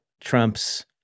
Trump's